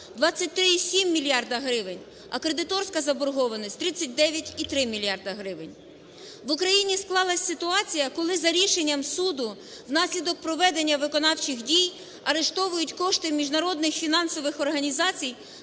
23,7 мільярда гривень, а кредиторська заборгованість - 39,3 мільярда гривень. В Україні склалась ситуація, коли за рішенням суду, внаслідок проведення виконавчих дій. Арештовують кошти міжнародних фінансових організацій